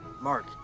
Mark